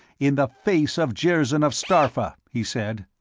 in the face of jirzyn of starpha! he said.